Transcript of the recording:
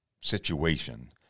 situation